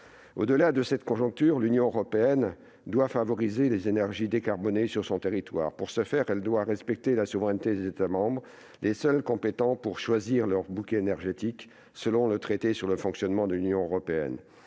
Au-delà de cette conjoncture, l'Union européenne doit favoriser les énergies décarbonées sur son territoire. Pour ce faire, elle doit respecter la souveraineté des États membres, seuls compétents pour choisir leur bouquet énergétique selon le traité sur le fonctionnement de l'Union européenne.